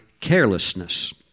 carelessness